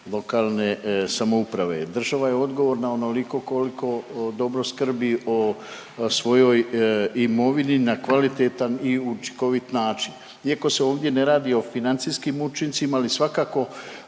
lokalne samouprave. Država je odgovorna onoliko koliko dobro skrbi o svojoj imovini na kvalitetan i učinkovit način, iako se ovdje ne radi o financijskim učincima, ali svakako